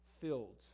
filled